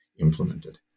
implemented